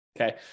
okay